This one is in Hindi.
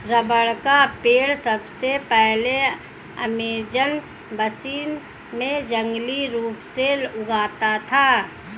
रबर का पेड़ सबसे पहले अमेज़न बेसिन में जंगली रूप से उगता था